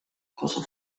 cosa